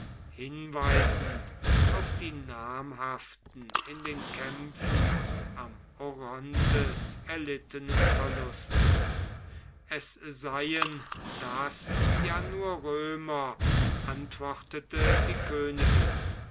hinweisend auf die namhaften in den kämpfen am orontes erlittenen verluste es seien das ja nur römer antwortete die königin